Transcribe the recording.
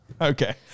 Okay